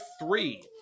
three